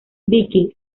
vicky